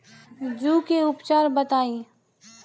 जूं के उपचार बताई?